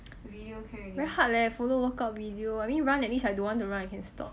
very hard leh follow workout video I mean run at least I don't want to run I can stop